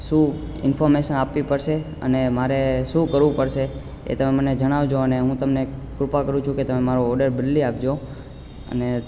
શું ઇન્ફોર્મેશન આપવી પડશે અને મારે શું કરવું પડશે એ તમે મને જણાવજો અને હું તમને કૃપા કરું છુ કે તમે મારો ઓડર બદલી આપજો અને